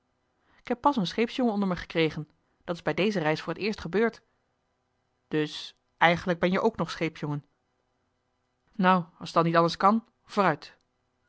k heb pas een scheepsjongen onder me gekregen dat is bij deze reis voor t eerst gebeurd dus eigenlijk ben-je ook nog scheepsjongen joh h been paddeltje de scheepsjongen van michiel de ruijter nou als t dan niet anders kan vooruit